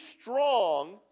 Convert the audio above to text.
strong